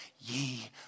ye